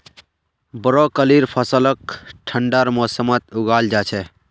ब्रोकलीर फसलक ठंडार मौसमत उगाल जा छेक